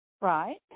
Right